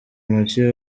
ntoki